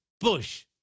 bush